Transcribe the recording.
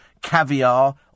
caviar